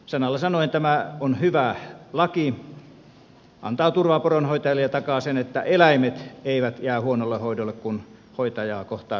sanalla sanoen tämä on hyvä laki antaa turvaa poronhoitajille ja takaa sen että eläimet eivät jää huonolle hoidolle kun hoitajaa kohtaa sairaus tai tapaturma